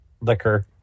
liquor